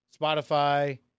Spotify